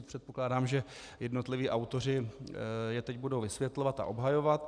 Předpokládám, že jednotliví autoři je teď budou vysvětlovat a obhajovat.